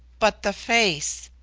but the face!